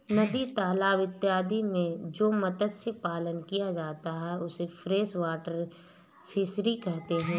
नदी तालाब इत्यादि में जो मत्स्य पालन किया जाता है उसे फ्रेश वाटर फिशरी कहते हैं